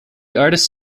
artists